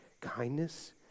kindness